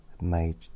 made